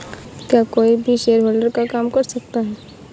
क्या कोई भी शेयरहोल्डर का काम कर सकता है?